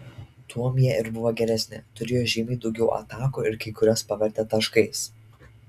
tuom jie ir buvo geresni turėjo žymiai daugiau atakų ir kai kurias pavertė taškais